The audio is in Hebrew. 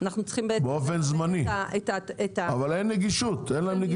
אין נגישות.